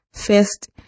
First